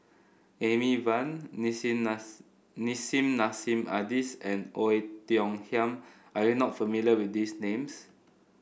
Amy Van Nissim Nissim Nassim Adis and Oei Tiong Ham are you not familiar with these names